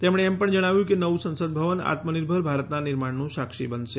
તેમણે એમ પણ જણાવ્યું કે નવું સંસદભવન આત્મનિર્ભર ભારતના નિર્માણનું સાક્ષી બનશે